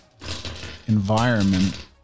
environment